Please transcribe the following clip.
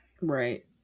Right